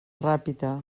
ràpita